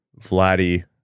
Vladdy